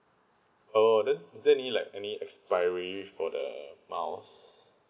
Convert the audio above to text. oh then is there like any expiry for the miles